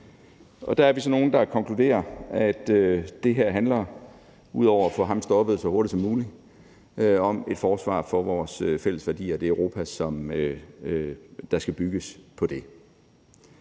og der er vi så nogle, der konkluderer, at det her ud over at få ham stoppet så hurtigt som muligt handler om et forsvar for vores fælles værdier i det Europa, som skal bygges på det,